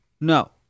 No